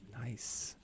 nice